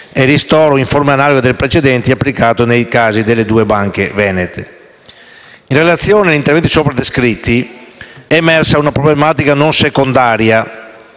e ristoro in forma analoga alle precedenti, applicato nei casi delle due banche venete. In relazione agli interventi sopra descritti è emersa una problematica non secondaria,